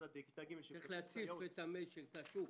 צריך להציף את השוק.